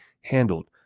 handled